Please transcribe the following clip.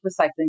recycling